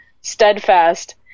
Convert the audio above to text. steadfast